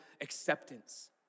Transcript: acceptance